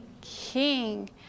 king